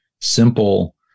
simple